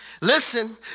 listen